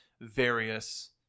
various